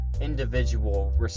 individual